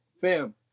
Fam